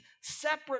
separate